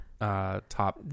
top